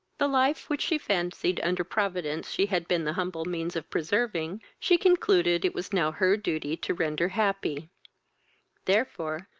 the life, which she fancied, under providence, she had been the humble means of preserving, she concluded it was now her duty to render happy therefore,